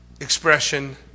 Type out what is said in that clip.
expression